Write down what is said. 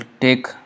take